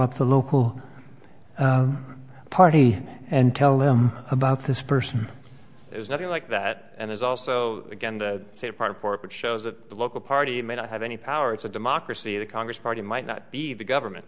up the local party and tell them about this person is nothing like that and there's also again the same part of court which shows that the local party may not have any power it's a democracy the congress party might not be the government